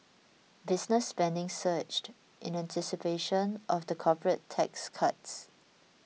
business spending surged in anticipation of the corporate tax cuts